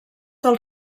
del